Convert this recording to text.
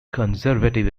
conservative